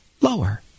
lower